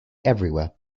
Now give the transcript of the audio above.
everywhere